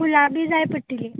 फुलां बी जाय पडटलीं